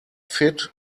fit